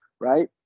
right